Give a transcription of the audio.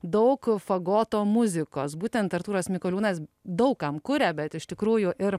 daug fagoto muzikos būtent artūras mikoliūnas daug kam kuria bet iš tikrųjų ir